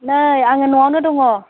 नै आङो न'आवनो दं